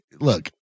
look